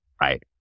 right